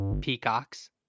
Peacocks